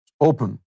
Open